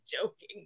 joking